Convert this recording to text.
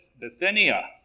Bithynia